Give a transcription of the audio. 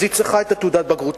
אז היא צריכה את תעודת הבגרות.